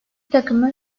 takımı